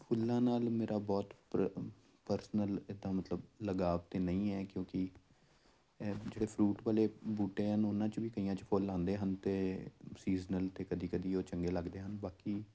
ਫੁੱਲਾਂ ਨਾਲ ਮੇਰਾ ਬਹੁਤ ਪਰ ਪਰਸਨਲ ਇੱਦਾਂ ਮਤਲਬ ਲਗਾਵ ਤਾਂ ਨਹੀਂ ਹੈ ਕਿਉਂਕਿ ਇਹ ਜਿਹੜੇ ਫਰੂਟ ਵਾਲੇ ਬੂਟਿਆਂ ਨੂੰ ਉਹਨਾਂ 'ਚ ਵੀ ਕਈਆਂ 'ਚ ਫੁੱਲ ਆਉਂਦੇ ਹਨ ਅਤੇ ਸੀਜ਼ਨਲ ਅਤੇ ਕਦੀ ਕਦੀ ਉਹ ਚੰਗੇ ਲੱਗਦੇ ਹਨ ਬਾਕੀ